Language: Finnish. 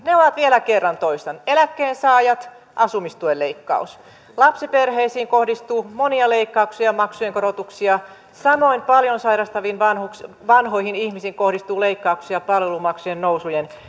ne ovat vielä kerran toistan eläkkeensaajien asumistuen leikkaus lapsiperheisiin kohdistuu monia leikkauksia ja maksujen korotuksia samoin paljon sairastaviin vanhoihin ihmisiin kohdistuu leikkauksia palvelumaksujen nousujen